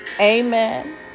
Amen